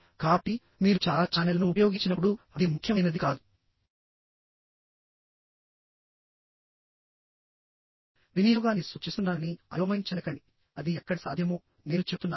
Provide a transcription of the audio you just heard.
కాబట్టి మీరు చాలా ఛానెల్లను ఉపయోగించినప్పుడు అది ముఖ్యమైనది కాదు వినియోగాన్ని సూచిస్తున్నానని అయోమయం చెందకండి అది ఎక్కడ సాధ్యమో నేను చెప్తున్నాను